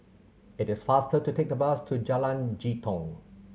it is faster to take the bus to Jalan Jitong